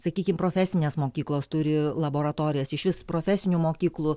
sakykim profesinės mokyklos turi laboratorijas išvis profesinių mokyklų